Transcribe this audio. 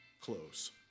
close